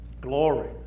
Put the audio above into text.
glory